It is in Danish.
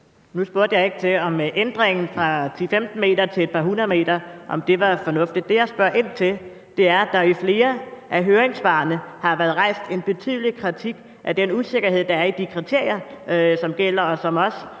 Nu spurgte jeg ikke til, om ændringen fra 10-15 m til et par hundrede meter er fornuftig. Det, jeg spørger ind til, er, i forhold til at der i flere af høringssvarene har været rejst en betydelig kritik af den usikkerhed, der er om de kriterier, som gælder, hvor også